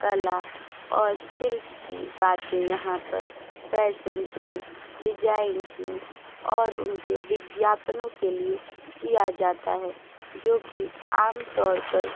कला और शिल्प की बातें यहाँ पर फैशन्स में डिजाइंस में और उनके विज्ञापनों के लिए किया जाता है जो कि आमतौर पर